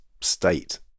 state